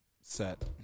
set